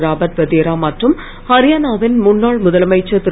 Robert Vadra மற்றும் ஹரியானாவின் முன்னாள் முதலமைச்சர் திரு